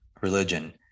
religion